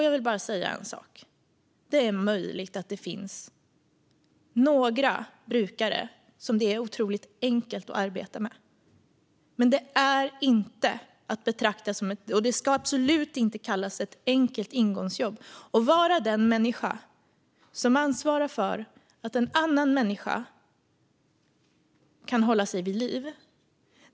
Jag vill bara säga en sak: Det är möjligt att det finns några brukare som det är otroligt enkelt att arbeta med. Men det ska absolut inte betraktas som och kallas för ett enkelt ingångsjobb att vara den människa som ansvarar för att en annan människa kan hålla sig vid liv.